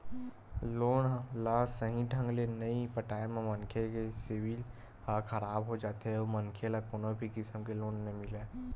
loan ल सहीं ढंग ले नइ पटाए म मनखे के सिविल ह खराब हो जाथे अउ मनखे ल कोनो भी किसम के लोन नइ मिलय